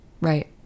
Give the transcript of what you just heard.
right